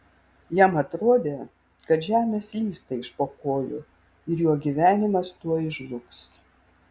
jam atrodė kad žemė slysta iš po kojų ir jo gyvenimas tuoj žlugs